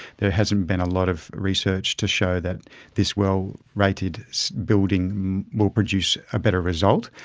there hasn't been a lot of research to show that this well rated building will produce a better result.